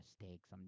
mistakes